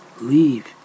leave